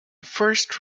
first